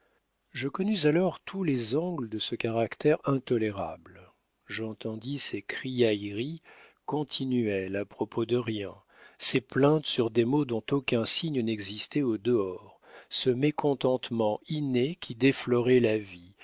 je connus alors tous les angles de ce caractère intolérable j'entendis ces criailleries continuelles à propos de rien ces plaintes sur des maux dont aucun signe n'existait au dehors ce mécontentement inné qui déflorait la vie